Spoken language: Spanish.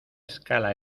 escala